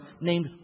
named